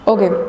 Okay